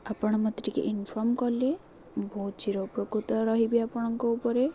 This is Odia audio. ଆପଣ ମୋତେ ଟିକେ ଇନଫର୍ମ କଲେ ବହୁତ ଚିର ଉପକୃତ ରହିବି ଆପଣଙ୍କ ଉପରେ